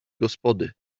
gospody